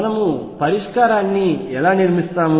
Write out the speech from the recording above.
మనము పరిష్కారాన్ని ఎలా నిర్మిస్తాము